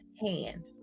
hand